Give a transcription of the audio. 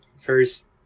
first